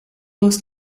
was